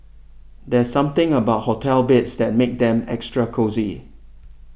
there are something about hotel beds that makes them extra cosy